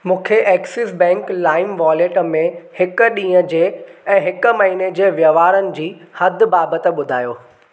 मूंखे Axis bank Lime wallet में हिक ॾींहं जे ऐं हिक महिने जे वहिंवारनि जी हद बाबत ॿुधायो